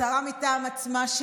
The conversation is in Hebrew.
שרה מטעם עצמה,